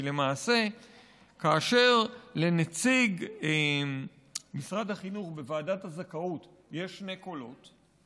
כי למעשה כאשר לנציג משרד החינוך בוועדת הזכאות יש שני קולות,